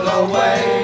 away